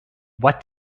what